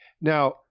Now